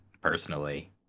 personally